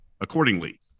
accordingly